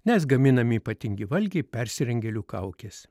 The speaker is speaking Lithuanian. nes gaminami ypatingi valgiai persirengėlių kaukės